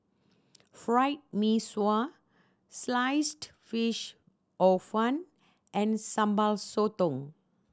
Fried Mee Sua Sliced Fish Hor Fun and Sambal Sotong